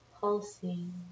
pulsing